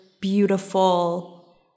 beautiful